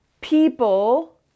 people